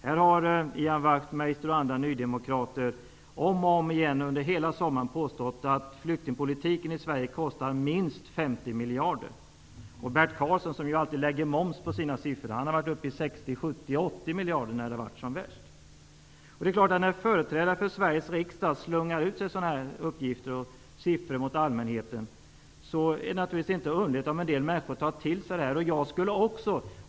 Här har Ian Wachtmeister och andra nydemokrater om och om igen under hela sommaren påstått att flyktingpolitiken i Sverige kostar minst 50 miljarder. Bert Karlsson, som ju alltid lägger moms på sina siffror, har varit upp i 60, 70, ja 80 miljarder när det har varit som värst. När företrädare för Sveriges riksdag slungar ur sig sådana uppgifter och siffror till allmänheten är det naturligtvis inte underligt om en del människor tar till sig det.